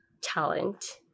talent